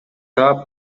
таап